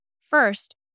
First